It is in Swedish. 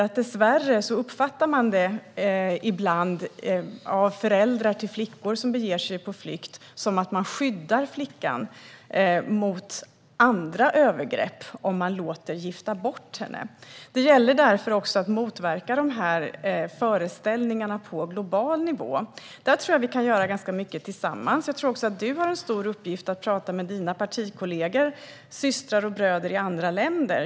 Som du själv påpekade säger FN att föräldrar till flickor som beger sig på flykt dessvärre ibland uppfattar det som att man skyddar flickan mot andra övergrepp om man låter gifta bort henne. Det gäller därför att motverka dessa föreställningar på global nivå. Där tror jag att vi kan göra ganska mycket tillsammans. Jag tror också att du har en stor uppgift i att tala med dina partikollegor, systrar och bröder, i andra länder.